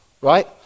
Right